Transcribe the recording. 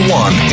one